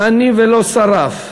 אני ולא שרף,